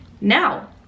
Now